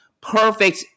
perfect